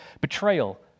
betrayal